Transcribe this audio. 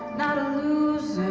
not a loser